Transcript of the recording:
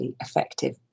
effective